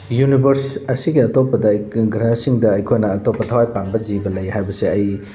universe ꯑꯁꯤꯒꯤ ꯑꯇꯣꯞꯄꯗ ꯒ꯭ꯔꯍꯁꯤꯡꯗ ꯑꯩꯈꯣꯏꯅ ꯑꯇꯣꯞꯄ ꯊꯋꯥꯏ ꯄꯥꯟꯕ ꯖꯤꯕ ꯂꯩ ꯍꯥꯏꯕꯁꯦ ꯑꯩ